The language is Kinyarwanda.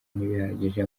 ntibihagije